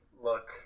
look